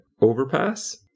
overpass